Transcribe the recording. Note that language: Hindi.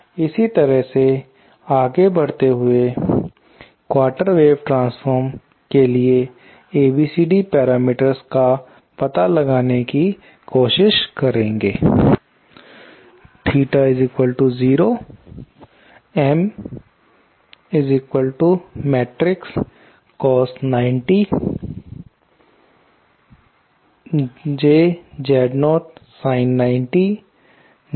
इसी तरह से आगे बढ़ते हुए क्वार्टर वेव ट्रांसफॉर्म के लिए ABCD पैरामीटर्स का पता लगाने की कोशिश करेंगे